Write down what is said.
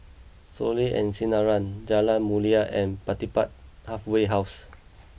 Soleil and Sinaran Jalan Mulia and Pertapis Halfway House